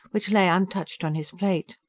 which lay untouched on his plate.